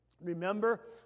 Remember